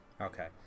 Okay